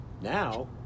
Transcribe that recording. Now